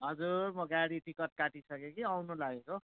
हजुर म गाडी टिकट काटिसके कि आउनु लागेको